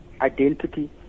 identity